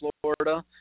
Florida